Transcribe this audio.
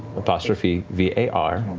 apostrophe v a r,